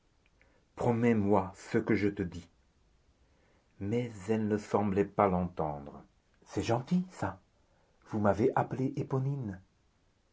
promets-moi ce que je te dis mais elle semblait ne pas l'entendre c'est gentil ça vous m'avez appelée